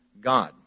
god